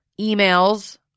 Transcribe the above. Emails